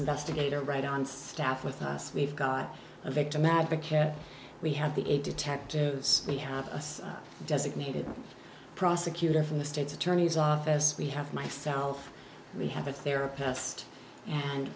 investigator right on staff with us we've got a victim advocate we have the detectives we have a designated prosecutor from the state's attorney's office we have myself we have a therapist and